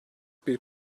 bir